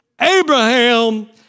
Abraham